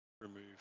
remove